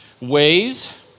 ways